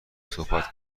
صحبت